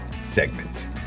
segment